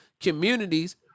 communities